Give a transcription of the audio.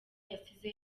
yasize